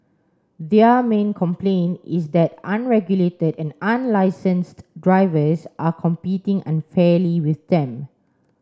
their main complaint is that unregulated and unlicensed drivers are competing unfairly with them